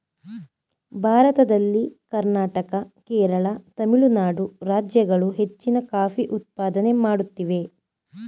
ಭಾರತದಲ್ಲಿ ಕರ್ನಾಟಕ, ಕೇರಳ, ತಮಿಳುನಾಡು ರಾಜ್ಯಗಳು ಹೆಚ್ಚಿನ ಕಾಫಿ ಉತ್ಪಾದನೆ ಮಾಡುತ್ತಿವೆ